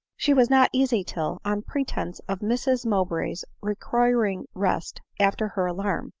she was not easy till, on pretence of mrs mowbray's requiring rest after her alarm,